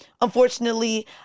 unfortunately